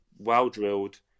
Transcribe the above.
well-drilled